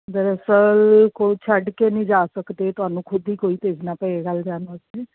ਦਰਅਸਲ ਕੋਈ ਛੱਡ ਕੇ ਨਹੀਂ ਜਾ ਸਕਦੇ ਤੁਹਾਨੂੰ ਖੁਦ ਹੀ ਕੋਈ ਭੇਜਣਾ ਪਏਗਾ ਲਿਜਾਉਣ ਵਾਸਤੇ